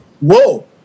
whoa